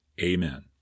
Amen